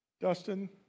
Dustin